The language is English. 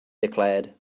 declared